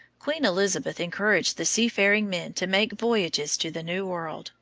queen elizabeth encouraged the seafaring men to make voyages to the new world,